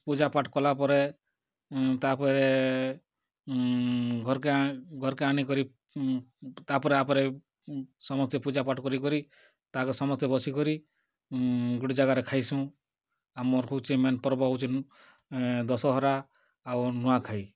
ପୂଜା ପାଠ କଲା ପରେ ତା'ପରେ ଘର୍କେ ଆ ଘର୍କେ ଆନିକରି ତା'ପରେ ଆପରେ ସମସ୍ତେ ପୂଜା ପାଠ କରି କରି ତା' ସମସ୍ତେ ବସିକରି ଗୋଟେ ଜାଗାରେ ଖାଇସୁଁ ଆମର ହେଉଛି ମେନ୍ ପର୍ବ ହେଉଛି ଦଶହରା ଆଉ ନୂଆଖାଇଁ